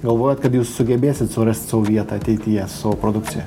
galvojat kad jūs sugebėsit surasti sau vietą ateityje su savo produkcija